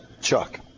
Chuck